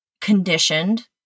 conditioned